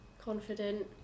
confident